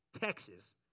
Texas